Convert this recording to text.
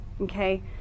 okay